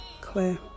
clear